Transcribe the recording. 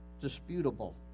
disputable